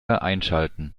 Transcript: einschalten